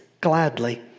gladly